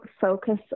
focus